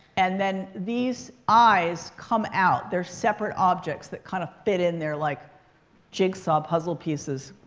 and then, these eyes come out. they're separate objects that kind of fit in there like jigsaw puzzle pieces.